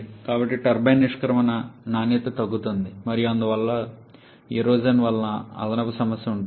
కాబట్టి టర్బైన్ నిష్క్రమణ నాణ్యత తగ్గుతోంది మరియు అందువల్ల ఎరోషన్ వలన అదనపు సమస్య ఉంటుంది